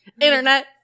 Internet